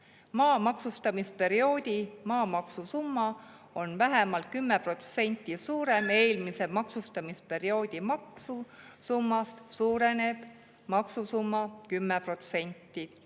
maa maksustamisperioodi maamaksu summa on vähemalt 10% suurem eelmise maksustamisperioodi maksusummast, suureneb maksusumma 10%.